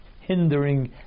hindering